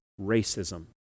racism